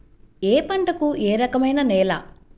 ఏ పంటకు ఏ రకమైన నేల?